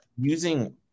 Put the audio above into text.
using